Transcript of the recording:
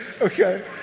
okay